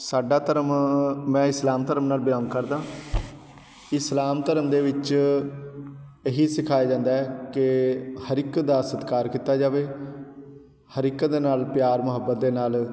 ਸਾਡਾ ਧਰਮ ਮੈਂ ਇਸਲਾਮ ਧਰਮ ਨਾਲ ਬਿਲੌਂਗ ਕਰਦਾ ਇਸਲਾਮ ਧਰਮ ਦੇ ਵਿੱਚ ਇਹੀ ਸਿਖਾਇਆ ਜਾਂਦਾ ਹੈ ਕਿ ਹਰ ਇੱਕ ਦਾ ਸਤਿਕਾਰ ਕੀਤਾ ਜਾਵੇ ਹਰ ਇੱਕ ਦੇ ਨਾਲ ਪਿਆਰ ਮੁਹੱਬਤ ਦੇ ਨਾਲ